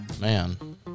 man